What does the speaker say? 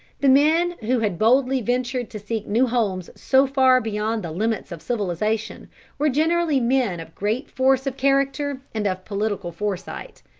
the men who had boldly ventured to seek new homes so far beyond the limits of civilization were generally men of great force of character and of political foresight.